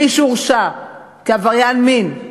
מי שהורשע כעבריין מין,